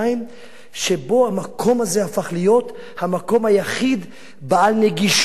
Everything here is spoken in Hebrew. שבהן המקום הזה הפך להיות המקום היחיד בעל נגישות לראש הממשלה.